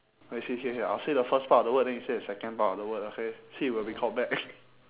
wait see here here I'll say the first part of the word then you say the second part of the word okay see if it will record back